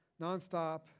nonstop